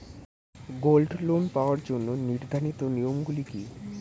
Gold loan পাওয়ার জন্য নির্ধারিত নিয়ম গুলি কি?